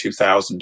2000